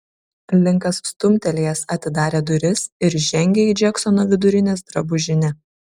linkas stumtelėjęs atidarė duris ir žengė į džeksono vidurinės drabužinę